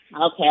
okay